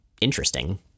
interesting